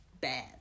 bad